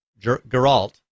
Geralt